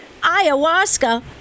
Ayahuasca